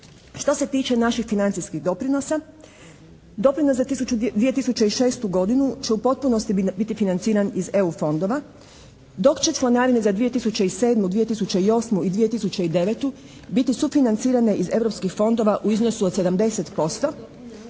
Što se tiče naših financijskih doprinosa doprinos za 2006. godinu će u potpunosti biti financiran iz EU fondova dok će članarine za 2007., 2008. i 2009. biti sufinancirane iz Europskih fondova u iznosu od 70%